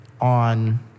on